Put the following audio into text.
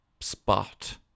spot